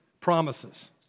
promises